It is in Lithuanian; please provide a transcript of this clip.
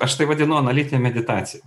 aš tai vadinu analitine meditacija